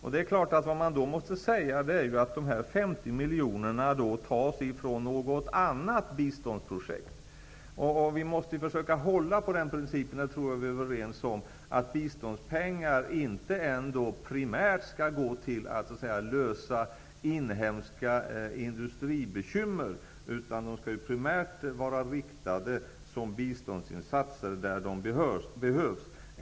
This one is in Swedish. Då måste det naturligtvis påpekas att dessa 50 miljoner tas från något annat biståndsprojekt. Vi måste försöka hålla på principen -- och det tror jag vi är överens om -- att biståndspengar ändå inte primärt skall gå till att lösa inhemska industribekymmer, utan de skall primärt vara riktade mot biståndsinsatser där de behövs.